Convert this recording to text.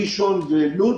ראשון לציון ולוד,